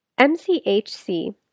MCHC